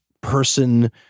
person